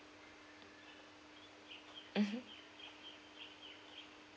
mmhmm